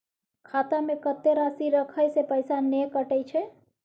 खाता में कत्ते राशि रखे से पैसा ने कटै छै?